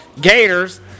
gators